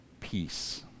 peace